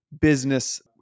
business